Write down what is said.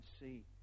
see